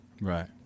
Right